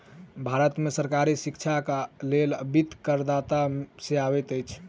भारत में सरकारी शिक्षाक लेल वित्त करदाता से अबैत अछि